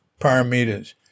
parameters